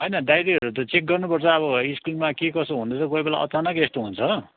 होइन डायरीहरू त चेक गर्नुपर्छ अब स्कुलमा के कसो हुँदैछ कोहीबेला अचानक यस्तो हुन्छ हो